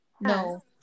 No